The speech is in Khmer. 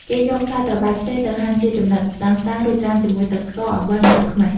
គេយកផ្លែត្របែកខ្ចីទៅហាន់ជាចំណិតស្តើងៗ រួចត្រាំជាមួយទឹកស្ករ អំបិល និងទឹកខ្មេះ។